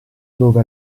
dove